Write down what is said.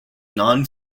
non